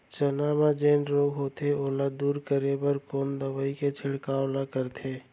चना म जेन रोग होथे ओला दूर करे बर कोन दवई के छिड़काव ल करथे?